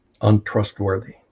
untrustworthy